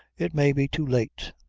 it may be too late.